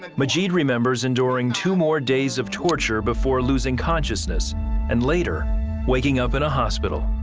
um ah ah remembers enduring two more days of torture before losing consciousness and later waking up in a hospital.